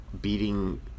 beating